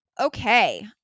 Okay